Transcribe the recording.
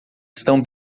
estão